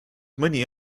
mõni